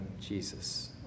Jesus